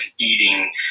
eating